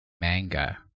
manga